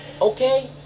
okay